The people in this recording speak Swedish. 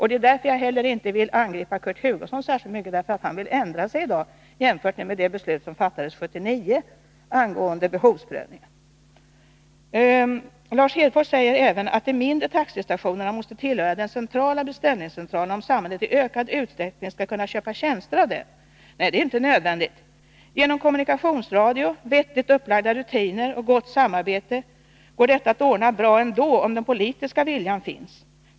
Det är därför som jag inte heller vill angripa Kurt Hugosson särskilt mycket för att han i dag vill ändra sig i jämförelse med det beslut som 1979 fattades angående behovsprövningen. Lars Hedfors säger även att de mindre taxistationerna måste tillhöra den centrala beställningscentralen, om samhället i ökad utsträckning skall kunna köpa tjänster av dem. Nej, det är inte nödvändigt. Genom kommunikationsradio, vettigt upplagda rutiner och gott samarbete går det att ordna bra ändå, om den politiska viljan finns.